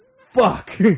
fuck